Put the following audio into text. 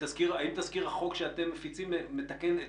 האם תזכיר החוק שאתם מפיצים מתקן את